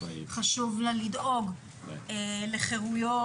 חשוב לה לדאוג לחירויות,